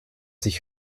sich